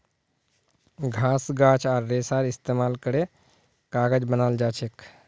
घास गाछ आर रेशार इस्तेमाल करे कागज बनाल जाछेक